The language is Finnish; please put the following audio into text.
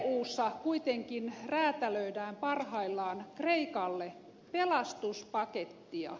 eussa kuitenkin räätälöidään parhaillaan kreikalle pelastuspakettia